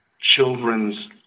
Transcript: children's